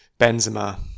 Benzema